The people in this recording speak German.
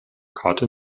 karte